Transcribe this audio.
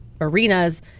arenas